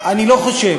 אני לא חושב,